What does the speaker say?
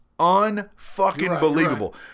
un-fucking-believable